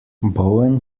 bowen